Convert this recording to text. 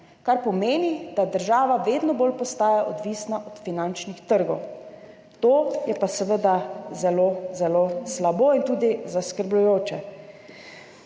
kar pomeni, da država vedno bolj postaja odvisna od finančnih trgov, to je pa seveda zelo, zelo slabo in tudi zaskrbljujoče.